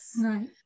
Right